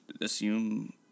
assume